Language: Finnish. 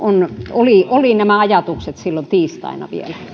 oli nämä ajatukset silloin tiistaina